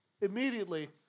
Immediately